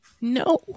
No